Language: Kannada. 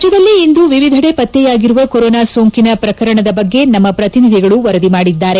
ರಾಜ್ಞದಲ್ಲಿ ಇಂದು ವಿವಿಧೆಡೆ ಪತ್ತೆಯಾಗಿರುವ ಕೊರೋನಾ ಸೋಂಕಿನ ಶ್ರಕರಣದ ಬಗ್ಗೆ ನಮ್ನ ಪ್ರತಿನಿಧಿಗಳು ವರದಿ ಮಾಡಿದ್ದಾರೆ